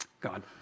God